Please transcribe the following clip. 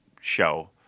show